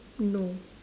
no